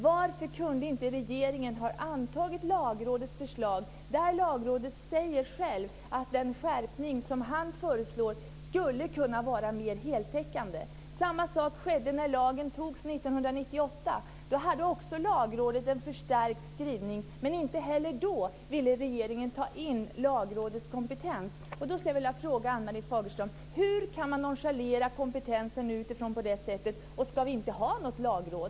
Varför kunde inte regeringen ha antagit Lagrådets förslag, där Lagrådet självt säger att den skärpning som man föreslår skulle kunna vara mer heltäckande? Samma sak skedde när lagen togs 1998. Då hade också Lagrådet en förstärkt skrivning, men inte heller då ville regeringen ta in Lagrådets kompetens. Hur kan man nonchalera kompetensen utifrån på det sättet? Ska vi inte ha något lagråd?